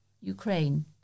Ukraine